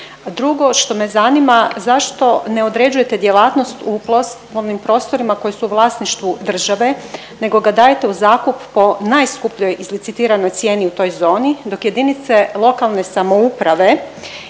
Drugo što me zanima zašto ne određujete djelatnost u poslovnim prostorima koji su u vlasništvu države nego ga dajete u zakup po najskupljoj izlicitiranoj cijeni u toj zoni, dok jedinice lokalne samouprave